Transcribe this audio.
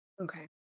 Okay